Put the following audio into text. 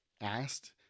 asked